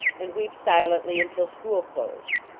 and weep silently until school closed.